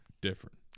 different